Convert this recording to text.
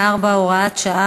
מרכזי,